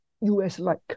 US-like